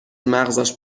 مغزش